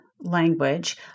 language